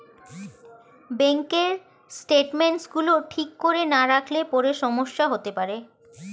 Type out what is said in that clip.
ব্যাঙ্কের স্টেটমেন্টস গুলো ঠিক করে না রাখলে পরে সমস্যা হতে পারে